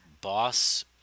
boss